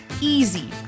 easy